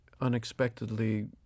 unexpectedly